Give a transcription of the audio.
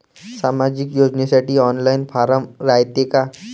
सामाजिक योजनेसाठी online form रायते का?